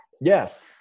Yes